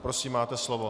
Prosím, máte slovo.